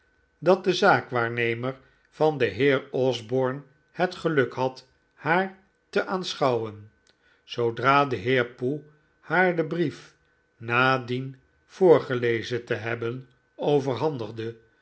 dat de zaakwaarnemer van den heer osborne het geluk had haar te aanschouwen zoodra de heer poe haar den brief na dien voorgelezen te hebben overhandigde